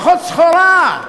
פחות סחורה.